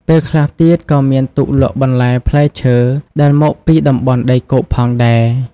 ពេលខ្លះទៀតក៏មានទូកលក់បន្លែផ្លែឈើដែលមកពីតំបន់ដីគោកផងដែរ។